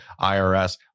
IRS